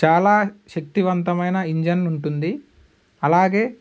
చాలా శక్తివంతమైన ఇంజన్ ఉంటుంది అలాగే